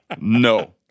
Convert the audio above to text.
No